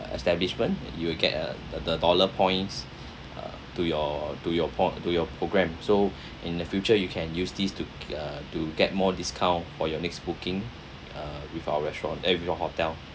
establishment you'll get a the the dollar points uh to your to your po~ to your program so in the future you can use this to uh to get more discount for your next booking uh with our restaurant eh with our hotel